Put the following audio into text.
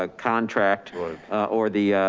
ah contract or the,